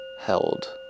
held